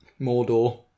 mordor